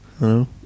No